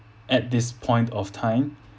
at this point of time